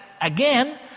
again